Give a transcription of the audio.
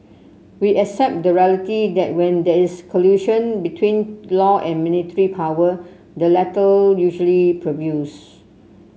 we accept the reality that when there is collision between law and military power the latter usually prevails